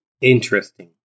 Interesting